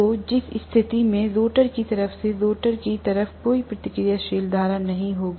तो जिस स्थिति में स्टेटर की तरफ से स्टेटर की तरफ कोई प्रतिक्रियाशील धारा नहीं होगी